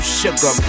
sugar